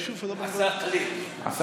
עסאקלה.